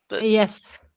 Yes